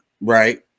right